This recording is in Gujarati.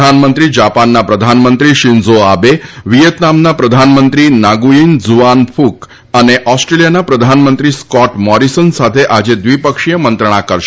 શ્રી મોદી જાપાનના પ્રધાનમંત્રી શીન્ઝો આબે વિચેતનામના પ્રધાનમંત્રી નાગુચેન ઝ્રઆન ક્રક અને ઓસ્ટ્રેલિયાના પ્રધાનમંત્રી સ્કોટ મોરીસન સાથે આજે દ્વિપક્ષીય મંત્રણા કરશે